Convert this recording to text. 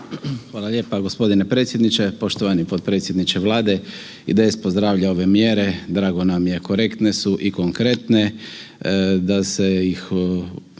Hvala lijepo. Gospodine predsjedniče, poštovani potpredsjedniče Vlade. IDS pozdravlja ove mjere, drago nam je korektne su i konkretne da se ih